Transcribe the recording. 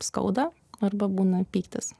skauda arba būna pyktis